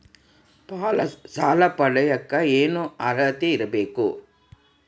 ಸಾಲ ಪಡಿಯಕ ಏನು ಅರ್ಹತೆ ಇರಬೇಕು?